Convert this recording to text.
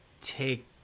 take